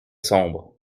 sombre